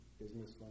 business